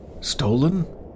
Stolen